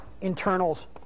internals